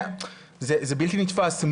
זה בלתי נתפס,